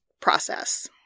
process